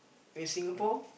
if is Singapore